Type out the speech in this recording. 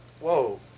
Whoa